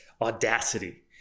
audacity